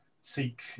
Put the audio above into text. seek